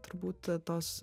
turbūt tos